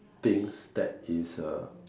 things that is uh